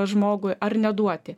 žmogui ar neduoti